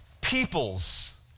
peoples